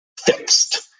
fixed